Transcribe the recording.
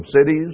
cities